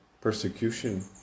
persecution